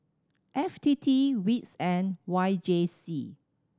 F T T wits and Y J C